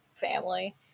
family